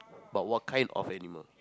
but what kind of animal